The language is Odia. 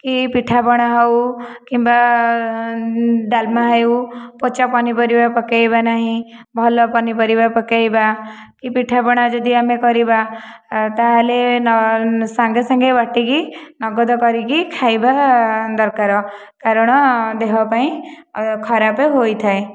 କି ପିଠା ପଣା ହେଉ କିମ୍ବା ଡାଲମା ହେଉ ପଚା ପନିପରିବା ପକାଇବା ନାହିଁ ଭଲ ପନିପରିବା ପକାଇବା କି ପିଠାପଣା ଯଦି ଆମେ କରିବା ତା'ହେଲେ ସାଙ୍ଗେ ସାଙ୍ଗେ ବାଟିକି ନଗଦ କରିକି ଖାଇବା ଦରକାର କାରଣ ଦେହ ପାଇଁ ଖରାପ ହୋଇଥାଏ